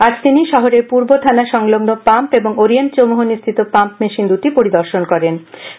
আজ তিনি শহরের পূর্ব থানা সংলগ্ন পাম্প ও ওরিয়েন্ট চৌমুহনিস্থিত পাম্প মেশিন দুটি পরিদর্শন করেন